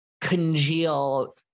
congeal